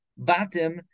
batim